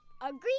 Agree